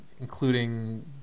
including